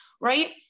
right